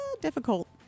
difficult